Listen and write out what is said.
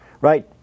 right